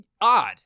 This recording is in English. odd